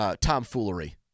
tomfoolery